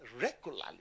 regularly